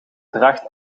draagt